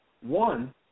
One